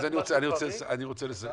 אני רוצה לסכם.